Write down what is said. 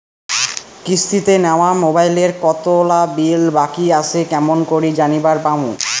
কিস্তিতে নেওয়া মোবাইলের কতোলা বিল বাকি আসে কেমন করি জানিবার পামু?